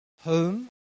home